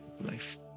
life